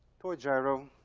toy gyro.